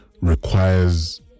requires